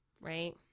right